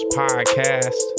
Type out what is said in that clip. podcast